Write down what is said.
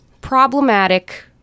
Problematic